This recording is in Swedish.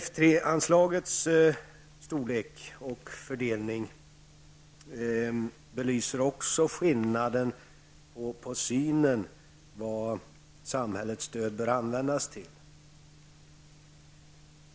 F 3-anslagets storlek och fördelning belyser också skillnaden i synsätt när det gäller det som samhällets stöd används till.